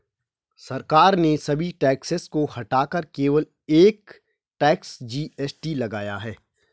सरकार ने सभी टैक्सेस को हटाकर केवल एक टैक्स, जी.एस.टी लगाया है